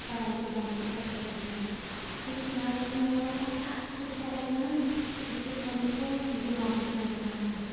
پڑھائی کے بارے میں پتہ چل جائے گا کچھ یاد نہیں آ ہو رہا تو فوراً اس کو سمجھو دماغ میں بیٹھ جاتا ہے